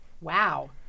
Wow